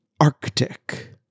Arctic